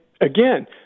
again